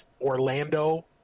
Orlando